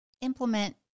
implement